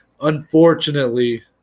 Unfortunately